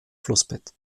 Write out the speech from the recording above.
flussbett